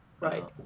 Right